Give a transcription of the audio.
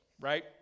right